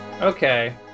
Okay